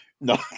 No